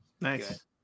Nice